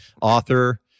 author